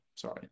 Sorry